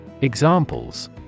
Examples